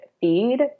feed